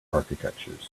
architectures